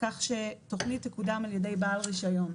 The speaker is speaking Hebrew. כך שתוכנית תקודם על ידי בעל רישיון.